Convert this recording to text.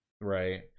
right